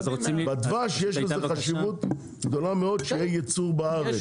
בדבש יש לזה חשיבות גדולה מאוד שיהיה ייצור בארץ.